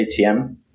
atm